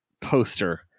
poster